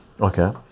Okay